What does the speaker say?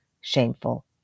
shameful